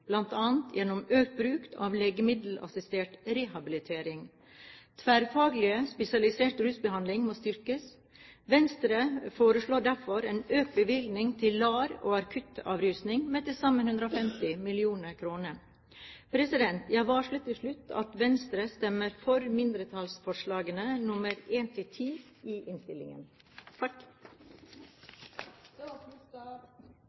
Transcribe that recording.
bl.a. gjennom økt bruk av legemiddelassistert rehabilitering. Tverrfaglig spesialisert rusbehandling må styrkes. Venstre foreslår derfor en økt bevilgning til LAR og akuttavrusning med til sammen 150 mill. kr. Jeg varsler til slutt at Venstre stemmer for mindretallsforslagene nr. 1–10 i innstillingen.